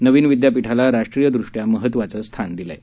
नवीन विद्यापीठाला राष्ट्रीयदृष्ट्या महत्वाचं स्थान दिलंय